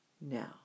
now